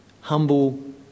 humble